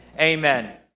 Amen